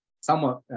somewhat